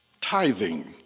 Tithing